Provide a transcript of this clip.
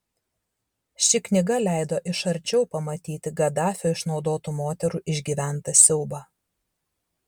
ši knyga leido iš arčiau pamatyti gaddafio išnaudotų moterų išgyventą siaubą